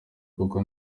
kuko